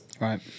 Right